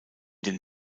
den